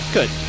Good